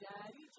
Daddy